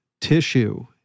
tissue